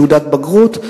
עם תעודת בגרות.